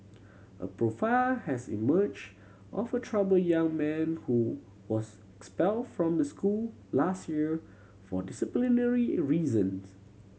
a profile has emerged of a troubled young man who was expelled from the school last year for disciplinary in reasons